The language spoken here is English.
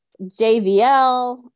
JVL